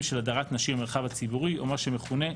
של הדרת נשים מהמרחב הציבורי או מה שמכונה,